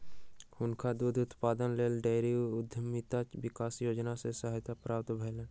हुनका दूध उत्पादनक लेल डेयरी उद्यमिता विकास योजना सॅ सहायता प्राप्त भेलैन